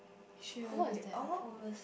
she will be all overs